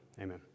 Amen